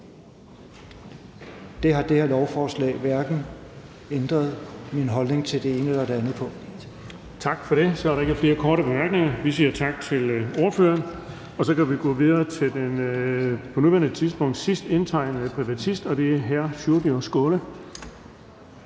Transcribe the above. Det har det her lovforslag ikke ændret min holdning til hverken det ene eller det andet på. Kl. 13:55 Den fg. formand (Erling Bonnesen): Tak for det. Så er der ikke flere korte bemærkninger. Vi siger tak til ordføreren. Og så kan vi gå videre til den på nuværende tidspunkt sidst indtegnede privatist, og det er hr. Sjúrður Skaale.